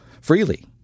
freely